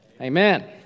amen